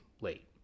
late